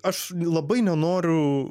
aš labai nenoriu